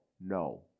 no